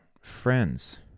friends